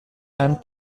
and